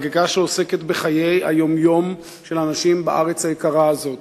חקיקה שעוסקת בחיי היום-יום של אנשים בארץ היקרה הזאת,